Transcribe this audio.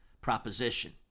proposition